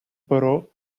borough